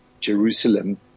Jerusalem